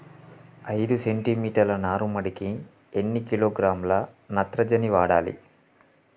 ఐదు సెంటిమీటర్ల నారుమడికి ఎన్ని కిలోగ్రాముల నత్రజని వాడాలి?